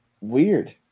weird